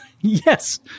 Yes